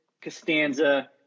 Costanza